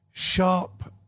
Sharp